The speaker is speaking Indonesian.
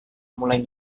mulai